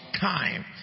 time